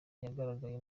yagaragaye